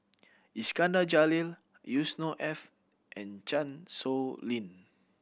Iskandar Jalil Yusnor Ef and Chan Sow Lin